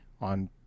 on